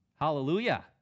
hallelujah